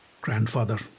Grandfather